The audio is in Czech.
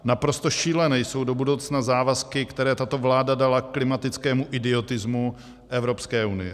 Naprosto šílené jsou do budoucna závazky, které tato vláda dala klimatickému idiotismu Evropské unie.